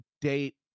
date